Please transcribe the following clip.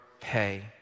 pay